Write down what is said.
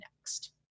next